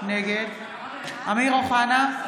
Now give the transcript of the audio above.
נגד אמיר אוחנה,